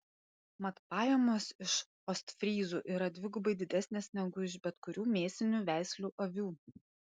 mat pajamos iš ostfryzų yra dvigubai didesnės negu iš bet kurių mėsinių veislių avių